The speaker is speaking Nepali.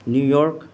न्युयोर्क